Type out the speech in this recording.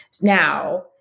now